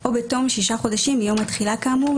או בתום שישה חודשים מיום התחילה כאמור,